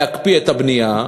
להקפיא את הבנייה.